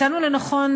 מצאנו לנכון,